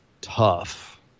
tough